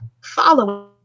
following